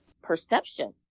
perception